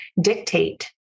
dictate